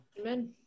Amen